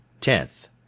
Tenth